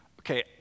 okay